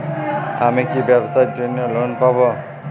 আমি কি ব্যবসার জন্য লোন পাব?